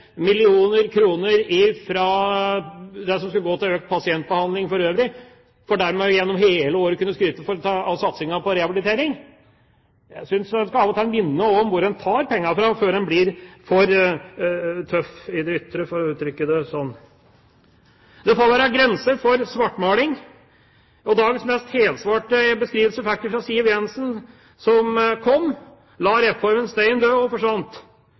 det som skulle gå til økt pasientbehandling for øvrig, for dermed gjennom hele året å kunne skryte av satsinga på rehabilitering. Jeg syns man av og til skal minne om hvor en tar pengene fra, før en blir tøff i det ytre, for å uttrykke det slik. Det får være grenser for svartmaling. Dagens mest helsvarte beskrivelse fikk vi fra Siv Jensen, som kom, la reformen stein død og forsvant.